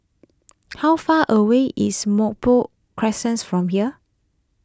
how far away is Merbok from here